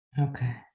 Okay